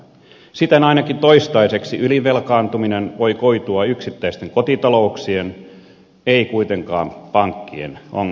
siten ainakin toistaiseksi ylivelkaantuminen voi koitua yksittäisten kotitalouksien ei kuitenkaan pankkien ongelmaksi